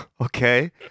Okay